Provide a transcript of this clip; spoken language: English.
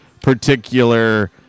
particular